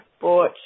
bought